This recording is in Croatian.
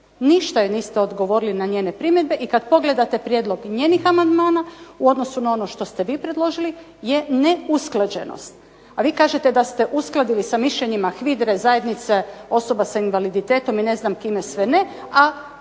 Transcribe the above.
Ništa joj niste odgovorili na njene primjedbe i kad pogledate prijedlog njenih amandmana u odnosu na ono što ste vi predložili je neusklađenost. A vi kažete da ste uskladili sa mišljenjima HVIDR-e, zajednice osoba s invaliditetom i ne znam kime sve ne, a ostao